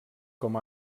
com